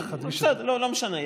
כן, בסדר, לא משנה.